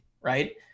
Right